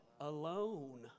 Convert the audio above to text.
alone